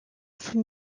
from